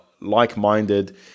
like-minded